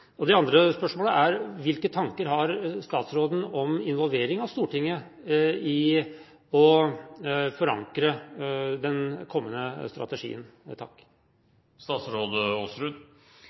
retningslinjene? Det andre spørsmålet er: Hvilke tanker har statsråden om involvering av Stortinget i å forankre den kommende strategien?